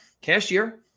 cashier